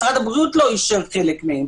משרד הבריאות לא אישר חלק מהם.